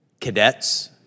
cadets